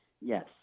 yes